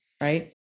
right